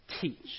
teach